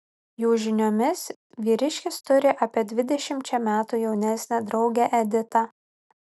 jų žiniomis vyriškis turi apie dvidešimčia metų jaunesnę draugę editą